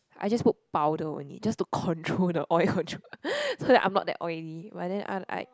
I just put powder only just to control the oil control so that I'm not that oily but then I like